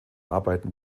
arbeiten